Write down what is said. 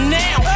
now